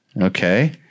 Okay